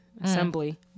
assembly